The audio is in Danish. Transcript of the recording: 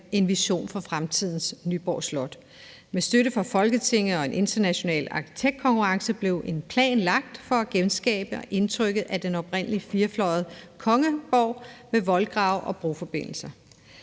en vision for fremtidens Nyborg Slot. Med støtte fra Folketinget og med en international arkitektkonkurrence blev en plan lagt for at genskabe udtrykket af den oprindelige firfløjede kongeborg med voldgrav og broforbindelser.